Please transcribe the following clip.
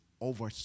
over